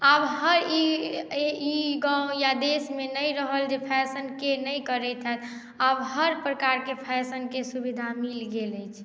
आब हर ई गाँव या देशमे नहि रहल जे फैशन के नहि करैत हैत आब हर प्रकारके फैशनके सुविधा मिल गेल अछि